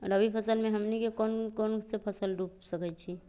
रबी फसल में हमनी के कौन कौन से फसल रूप सकैछि?